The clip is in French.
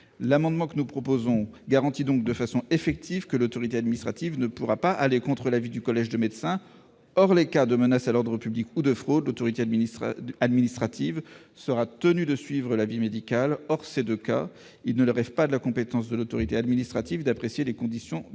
amendement tend donc à garantir de façon effective que l'autorité administrative ne pourra pas aller contre l'avis du collège de médecins. Hors les cas de menace à l'ordre public ou de fraude, l'autorité administrative sera tenue de suivre l'avis médical : hors ces deux cas, il ne relève pas de la compétence de l'autorité administrative d'apprécier les considérations